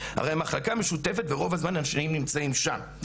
הרי המחלקה משותפת ורוב הזמן האנשים נמצאים שם.